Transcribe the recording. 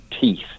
teeth